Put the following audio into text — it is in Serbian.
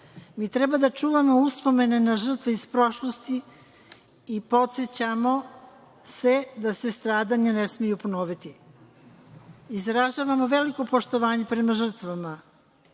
treba da čuvamo uspomene za žrtve iz prošlosti i podsećamo se da se stradanje ne smeju ponoviti. Izražavamo veliko poštovanje prema žrtvama,